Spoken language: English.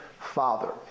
father